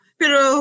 pero